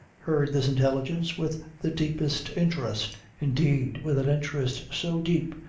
heard this intelligence with the deepest interest indeed, with an interest so deep,